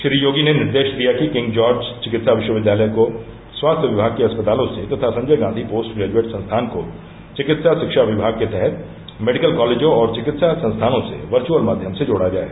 श्री योगी ने निर्देश दिया कि किंग जार्ज चिकित्सा विश्वविद्यालय को स्वास्थ्य विभाग के अस्पतालों से तथा संजय गांधी पोस्ट ग्रेजुएट संस्थान को चिकित्सा शिक्षा विभाग के तहत मेडिकल कॉलेजों और चिकित्सा संस्थानों से वर्चुअल माध्यम से जोड़ा जाय